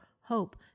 hope